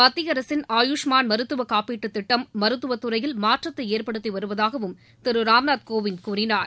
மத்திய அரசின் அயுஷ்மான் மருத்துவ காப்பீட்டுத் திட்டம் மருத்துவத் துறையில் மாற்றத்தை ஏற்படுத்தி வருவதாகவும் திரு ராம்நாத் கோவிந்த் கூறினார்